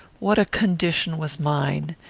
what a condition was mine!